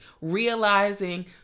realizing